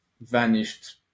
vanished